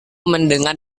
mendengar